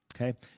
okay